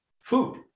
food